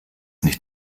nicht